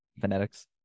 phonetics